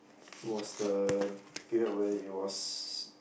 was the period where it was